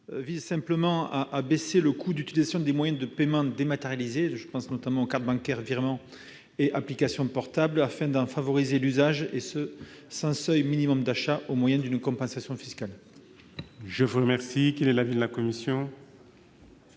vise simplement à réduire le coût d'utilisation des moyens de paiement dématérialisés- cartes bancaires, virements et applications sur portable -, afin d'en favoriser l'usage, et ce sans seuil minimum d'achat, au moyen d'une compensation fiscale. Quel est l'avis de la commission ?